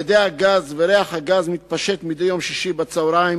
אדי הגז מתפשטים מדי יום שישי בצהריים